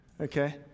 Okay